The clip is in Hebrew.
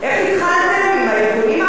עם הארגונים החברתיים,